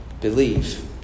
believe